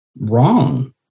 wrong